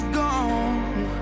gone